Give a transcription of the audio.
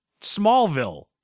Smallville